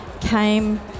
came